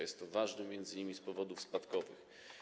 Jest to ważne m.in. z powodów spadkowych.